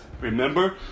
Remember